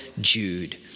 Jude